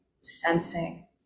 sensing